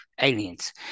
aliens